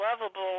lovable